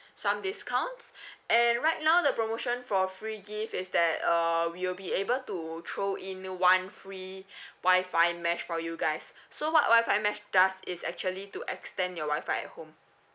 some discounts and right now the promotion for free gift is that uh we will be able to throw in one free wifi mesh for you guys so what wifi mesh does is actually to extend your wifi at home